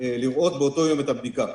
לראות באותו יום את הבדיקה.